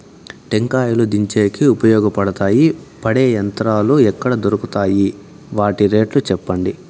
టెంకాయలు దించేకి ఉపయోగపడతాయి పడే యంత్రాలు ఎక్కడ దొరుకుతాయి? వాటి రేట్లు చెప్పండి?